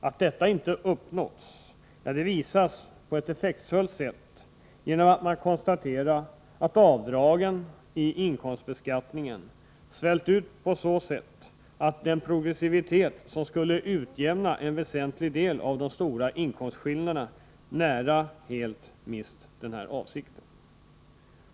Att målet inte uppnåtts visas på ett effektfullt sätt genom att avdragen i inkomstbeskattningen svällt ut så att den progressivitet som skulle utjämna en väsentlig del av de stora inkomstskillnaderna nästan helt mist denna funktion.